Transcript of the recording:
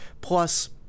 Plus